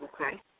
Okay